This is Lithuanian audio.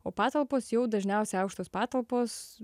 o patalpos jau dažniausiai aukštos patalpos